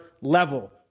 level